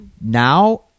Now